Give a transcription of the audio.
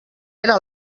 era